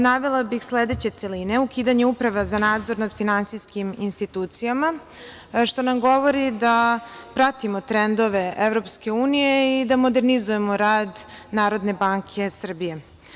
Navela bih sledeće celine, ukidanje uprave za nadzor nad finansijskim institucijama, što nam govori da pratimo trendove EU i da modernizujemo rad NBS.